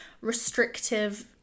restrictive